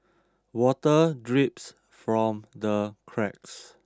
water drips from the cracks